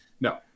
no